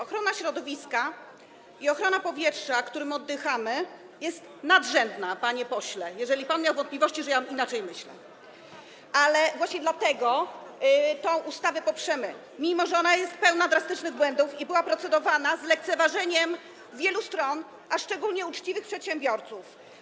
Ochrona środowiska i ochrona powietrza, którym oddychamy, jest nadrzędna, panie pośle, jeżeli pan miał wątpliwości, że inaczej myślę, ale właśnie dlatego tę ustawę poprzemy, mimo że ona jest pełna drastycznych błędów i procedowano nad nią z lekceważeniem wielu stron, szczególnie uczciwych przedsiębiorców.